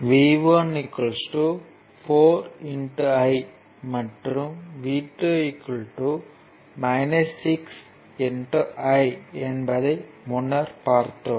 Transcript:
V 1 4 I மற்றும் V 2 6 I என்பதை முன்னர் பார்த்தோம்